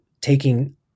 taking